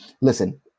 listen